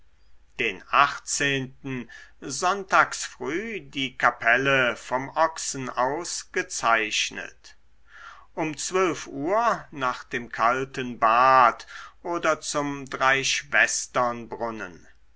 den sonntags früh die kapelle vom ochsen aus gezeichnet um uhr nach dem kalten bad oder zum